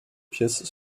pièces